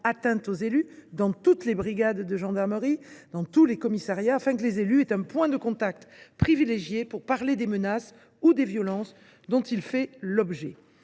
atteintes aux élus » dans toutes les brigades de gendarmerie et dans tous les commissariats, afin que les élus aient un point de contact privilégié pour parler des menaces ou des violences dont ils font l’objet.